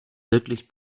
wirklich